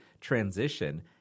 transition